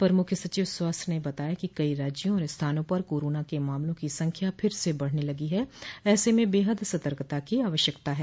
अपर मुख्य सचिव स्वास्थ्य ने बताया कि कई राज्यों और स्थानों पर कोरोना के मामलों की संख्या फिर से बढ़ने लगी है ऐसे में बेहद सतर्कता की आवश्यकता है